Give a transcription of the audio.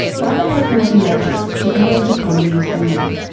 by the late nineteen eighty s, japan's economy was booming,